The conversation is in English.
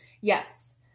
Yes